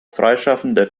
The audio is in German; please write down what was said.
freischaffender